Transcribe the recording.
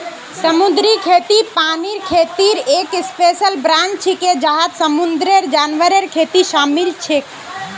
समुद्री खेती पानीर खेतीर एक स्पेशल ब्रांच छिके जहात समुंदरेर जानवरेर खेती शामिल छेक